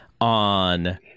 on